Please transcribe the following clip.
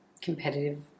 competitive